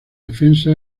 defensa